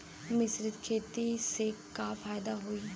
मिश्रित खेती से का फायदा होई?